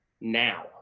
now